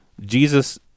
Jesus